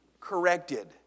corrected